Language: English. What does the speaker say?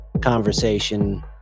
conversation